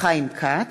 חיים כץ,